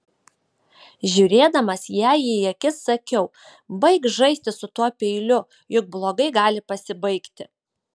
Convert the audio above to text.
žiūrėdamas jai į akis sakiau baik žaisti su tuo peiliu juk blogai gali pasibaigti